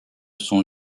son